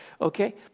okay